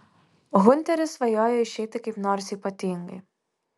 hunteris svajojo išeiti kaip nors ypatingai